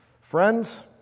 Friends